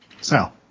Sal